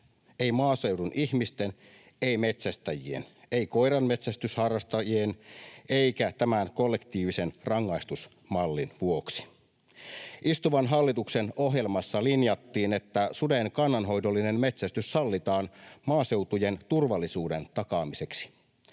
ei maaseudun ihmisten, ei metsästäjien, ei koiranmetsästysharrastajien eikä tämän kollektiivisen rangaistusmallin vuoksi. Istuvan hallituksen ohjelmassa linjattiin, että suden kannanhoidollinen metsästys sallitaan maaseutujen turvallisuuden takaamiseksi.